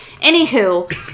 Anywho